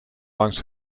langs